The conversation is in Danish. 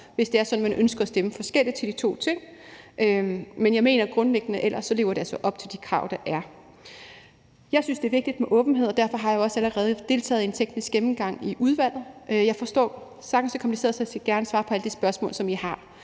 hvis man ønsker at stemme forskelligt til de to ting. Men jeg mener grundlæggende, at det ellers lever op til de krav, der er. Jeg synes, det er vigtigt med åbenhed, og derfor har jeg også allerede deltaget i en teknisk gennemgang i udvalget. Jeg kan sagtens forstå, det er kompliceret, så jeg skal gerne svare på alle de spørgsmål, som I har,